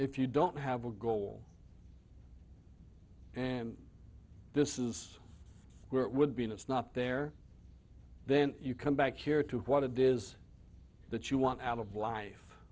if you don't have a goal and this is where it would be in it's not there then you come back here to what it is that you want out of life